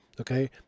okay